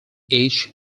each